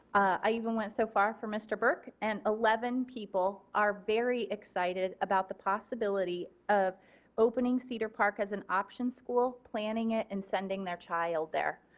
i even went so far were mr. burke and eleven people are very excited about the possibility of opening cedar park as an option school, planning it and sending their child there.